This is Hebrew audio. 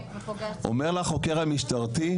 אומר לה החוקר המשטרתי,